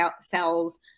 cells